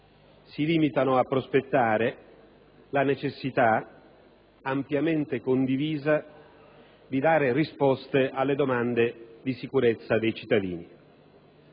Si limitano a prospettare la necessità ampiamente condivisa di fornire risposte alle domande di sicurezza dei cittadini.